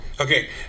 Okay